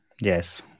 Yes